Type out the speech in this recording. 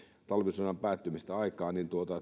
talvisodan päättymisestä aikaa niin